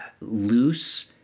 loose